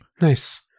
Nice